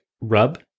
rub